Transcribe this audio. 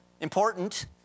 important